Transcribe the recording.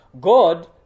God